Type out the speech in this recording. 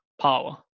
power